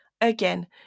Again